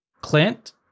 Clint